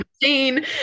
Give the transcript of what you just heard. insane